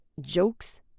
Jokes